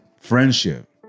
friendship